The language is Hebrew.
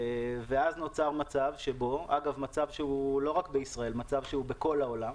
אז נוצר מצב בכל העולם